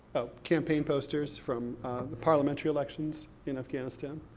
oh, campaign posters from the parliamentary elections in afghanistan.